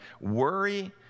worry